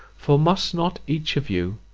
for must not each of you,